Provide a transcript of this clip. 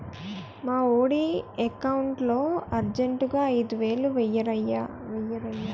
మావోడి ఎకౌంటులో అర్జెంటుగా ఐదువేలు వేయిరయ్య